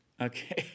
Okay